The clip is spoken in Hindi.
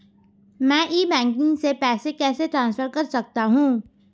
मैं ई बैंकिंग से पैसे कैसे ट्रांसफर कर सकता हूं?